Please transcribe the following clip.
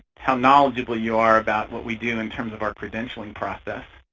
how knowledgeable you are about what we do in terms of our credentialing process.